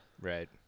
Right